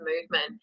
movement